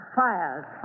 fires